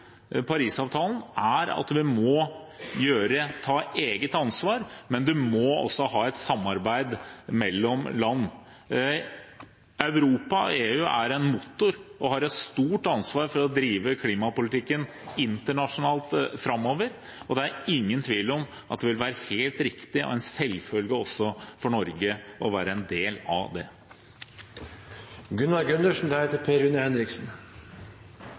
Parisavtalen er at vi må ta et eget ansvar, men det må også være et samarbeid mellom land. Europa og EU er en motor og har et stort ansvar for å drive klimapolitikken framover internasjonalt, og det er ingen tvil om at det vil være helt riktig og en selvfølge også for Norge å være en del av